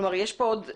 כלומר יש פה עוד